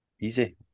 Easy